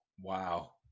Wow